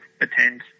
attend